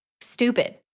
stupid